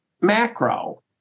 macro